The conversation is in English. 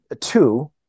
two